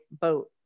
boat